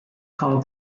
called